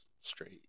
straight